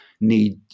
need